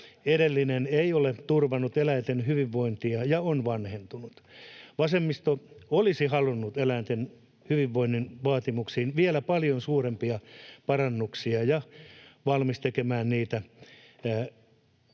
Edellinen ei ole turvannut eläinten hyvinvointia ja on vanhentunut. Vasemmisto olisi halunnut eläinten hyvinvoinnin vaatimuksiin vielä paljon suurempia parannuksia ja ollut valmis tekemään niitä